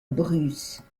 bruce